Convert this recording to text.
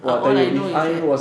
err all I know is that